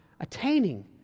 attaining